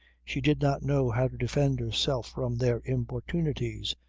she did not know how to defend herself from their importunities,